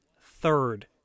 third